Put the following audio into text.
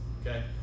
okay